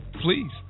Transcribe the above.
Please